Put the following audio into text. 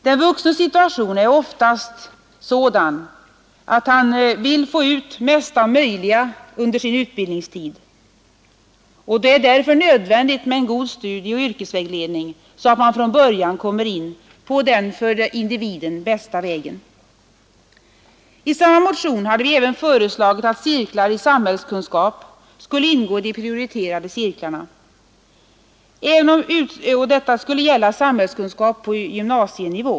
Den vuxnes situation är oftast sådan att han vill få ut mesta möjliga under sin utbildningstid, och det är därför nödvändigt med en god studieoch yrkesvägledning, så att man från början kommer in på den för individen bästa vägen. I samma motion hade vi föreslagit att cirklar i samhällskunskap skulle ingå i de prioriterade cirklarna, och detta skulle gälla samhällskunskap på gymnasienivå.